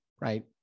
right